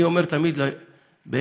אני אומר תמיד במפגשים,